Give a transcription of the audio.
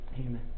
Amen